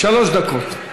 כן.